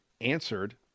answered